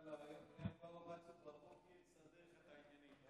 זה היה פיקוח נפש, בבוקר לסדר לך את העניינים,